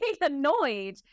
annoyed